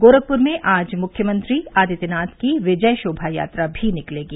गोरखपुर में आज मुख्यमंत्री आदित्यनाथ की विजय शोभा यात्रा भी निकलेगी